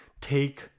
take